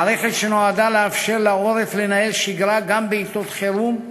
מערכת שנועדה לאפשר לעורף לנהל שגרה גם בעתות חירום,